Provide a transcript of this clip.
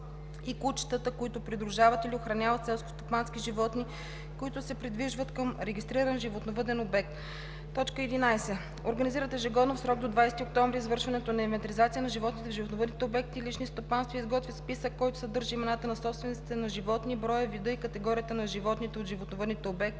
и кучетата, които придружават или охраняват селскостопански животни, които се придвижват към регистриран животновъден обект; 11. организират ежегодно в срок до 20 октомври извършването на инвентаризация на животните в животновъдните обекти – лични стопанства и изготвят списък, който съдържа имената на собствениците на животни, броя, вида и категорията на животните от животновъдните обекти;